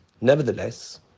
Nevertheless